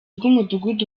bw’umudugudu